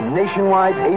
nationwide